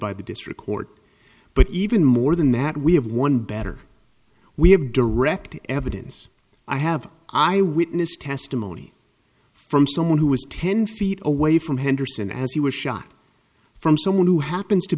by the district court but even more than that we have one better we have direct evidence i have eyewitness testimony from someone who was ten feet away from henderson as he was shot from someone who happens to